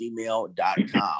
gmail.com